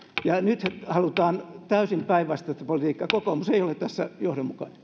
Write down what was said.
ja nyt halutaan täysin päinvastaista politiikkaa kokoomus ei ole tässä johdonmukainen